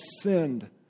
sinned